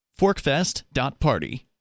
ForkFest.Party